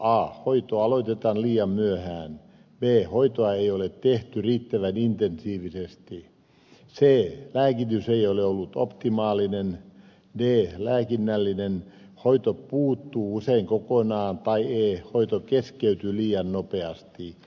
a hoito aloitetaan liian myöhään b hoitoa ei ole tehty riittävän intensiivisesti c lääkitys ei ole ollut optimaalinen d lääkinnällinen hoito puuttuu usein kokonaan tai e hoito keskeytyy liian nopeasti